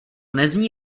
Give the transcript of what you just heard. nezní